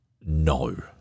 No